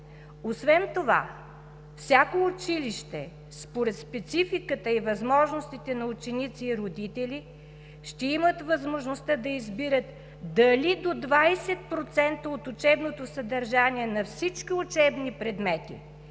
Освен това всяко училище, според спецификата и възможностите на ученици и родители, ще има възможността да избира дали до 20% от учебното съдържание на всички учебни предмети